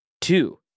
Two